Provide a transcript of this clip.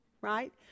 right